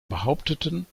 behaupteten